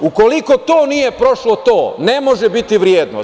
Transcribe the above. Ukoliko to nije prošlo to, ne može biti vrednost.